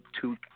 two